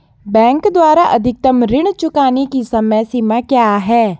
Bank द्वारा अधिकतम ऋण चुकाने की समय सीमा क्या है?